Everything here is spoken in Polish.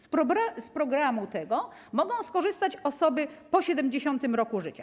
Z programu tego mogą skorzystać osoby po 70. roku życia.